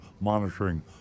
monitoring